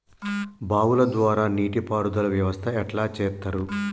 బావుల ద్వారా నీటి పారుదల వ్యవస్థ ఎట్లా చేత్తరు?